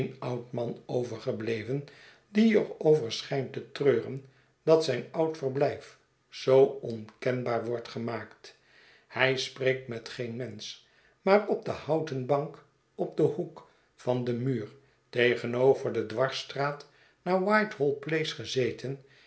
oud man overgebleven die er over sehijnt te treuren dat zijn oud verblijf zoo onkenbaar wordt gemaakt hij spreekt met geen mensch maar op de houten bank op denhoek van den muur tegenover de dwarsstraat naar whitehall place gezeten